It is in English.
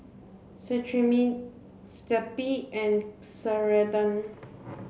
Cetrimide Zappy and Ceradan